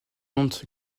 oncle